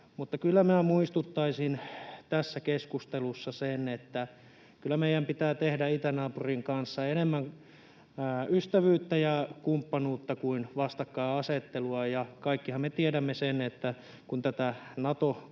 ajassa. Kyllä muistuttaisin tässä keskustelussa, että kyllä meidän pitää tehdä itänaapurin kanssa enemmän ystävyyttä ja kumppanuutta kuin vastakkainasettelua, ja kaikkihan me tiedämme, että kun tätä Nato-korttia